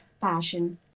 passion